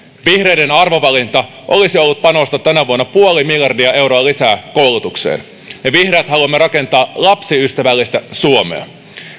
vihreiden arvovalinta olisi ollut panostaa tänä vuonna puoli miljardia euroa lisää koulutukseen me vihreät haluamme rakentaa lapsiystävällistä suomea